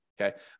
okay